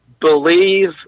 Believe